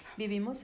Vivimos